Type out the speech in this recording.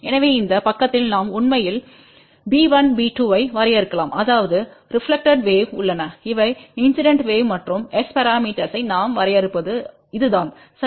எனவேஇந்த பக்கத்தில்நாம் உண்மையில் b1 b2ஐவரையறுக்கலாம் அதாவது ரெப்லக்டெட் வேவ் உள்ளன இவை இன்சிடென்ட் வேவ் incident wave மற்றும் S பரமீட்டர்ஸ் ஐ நாம் வரையறுப்பது இதுதான் சரி